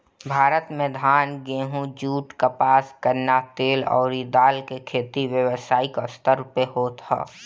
भारत में धान, गेंहू, जुट, कपास, गन्ना, तेल अउरी दाल के खेती व्यावसायिक स्तर पे होत ह